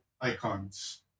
icons